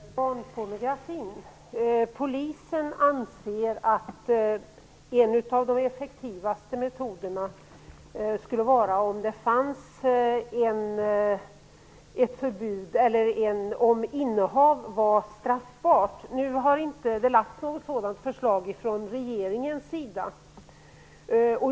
Fru talman! Jag vill ställa en fråga som gäller barnpornografi. Polisen anser att en av de effektivaste metoderna vore att straffbelägga innehav. Nu har det inte lagts fram något sådant förslag från regeringen.